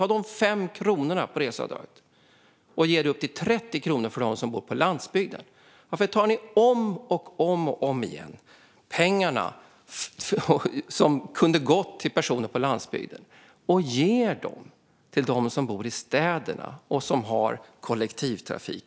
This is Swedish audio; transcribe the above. Ta de 5 kronorna av reseavdraget och ge 30 kronor till dem som bor på landsbygden! Varför tar ni, om och om igen, pengarna som kunde ha gått till personer på landsbygden och ger dem till dem som bor i städerna där det finns utbyggd kollektivtrafik?